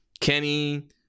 Kenny